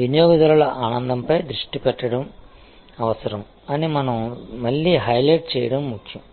వినియోగదారుల ఆనందంపై దృష్టి పెట్టడం అవసరం అని మనం మళ్ళీ హైలైట్ చేయడం ముఖ్యం